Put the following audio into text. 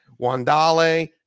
wandale